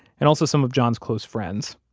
and also some of john's close friends,